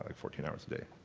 like fourteen hours a day.